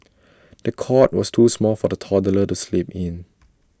the cot was too small for the toddler to sleep in